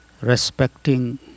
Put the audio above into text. respecting